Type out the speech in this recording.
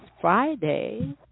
Friday